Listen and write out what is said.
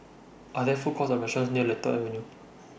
Are There Food Courts Or restaurants near Lentor Avenue